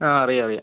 ആ അറിയാം അറിയാം